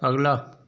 अगला